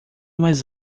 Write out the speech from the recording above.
mais